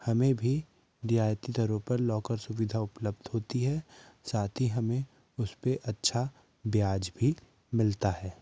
हमें भी रियायती दरों पर लॉकर सुविधा उपलब्ध होती है साथ ही हमें उसपे अच्छा ब्याज भी मिलता है